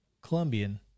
Colombian